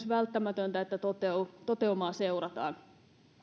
välttämätöntä myös että toteutumaa seurataan